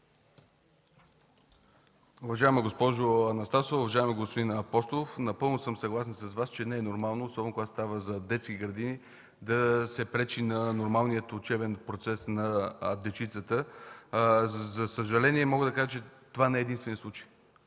Уважаема госпожо Анастасова, уважаеми господин Апостолов, напълно съм съгласен с Вас, че не е нормално, особено когато става дума за детски градини, да се пречи на нормалния учебен процес на дечицата. Със съжаление мога да кажа, че това не е единственият случай.